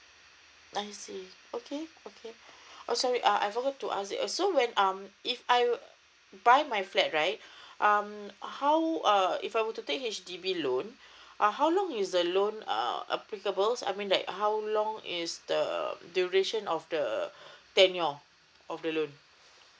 I see okay okay oh sorry uh I forgot to ask you uh so when um if I buy my flat right um how will uh if I were to take H_D_B loan uh how long is the loan uh applicable so I mean that how long is the duration of the tenure of the loan